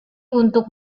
untuk